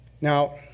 Now